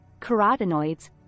carotenoids